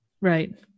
Right